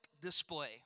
display